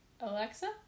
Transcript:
Alexa